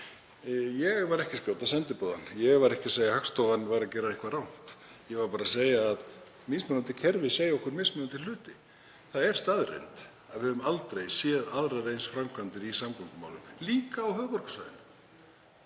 Ég var ekki að skjóta sendiboðann, ég var ekki að segja að Hagstofan væri að gera eitthvað rangt. Ég var bara að segja að mismunandi kerfi segðu okkur mismunandi hluti. Það er staðreynd að við höfum aldrei séð aðrar eins framkvæmdir í samgöngumálum, það á líka við á höfuðborgarsvæðinu.